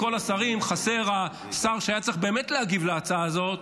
חסר השר שהיה באמת צריך להגיב להצעה הזאת,